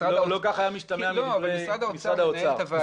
משרד --- לא ככה היה משתמע מדברי משרד האוצר.